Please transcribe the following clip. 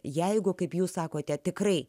jeigu kaip jūs sakote tikrai